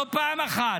לא פעם אחת,